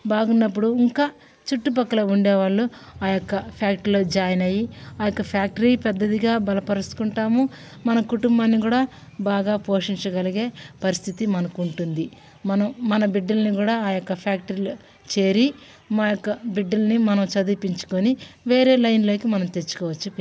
బాగున్నప్పుడు ఇంకా చుట్టుపక్కల ఉండేవాళ్ళు ఆ యొక్క ఫ్యాక్టరీలో జాయిన్ అయ్యి ఆ యొక్క ఫ్యాక్టరీ పెద్దదిగా బలపరుచుకుంటాము మన కుటుంబాన్ని కూడా బాగా పోషించగలిగే పరిస్థితి మనకు ఉంటుంది మనం మన బిడ్డలను కూడా ఆ యొక్క ఫ్యాక్టరీలు చేరి మా యొక్క బిడ్డలని మనం చదివిపించుకొని వేరే లైన్లోకి మనం తెచ్చుకోవచ్చు